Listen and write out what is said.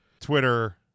Twitter